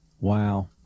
Wow